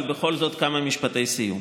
אבל בכל זאת כמה משפטי סיום.